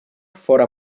fora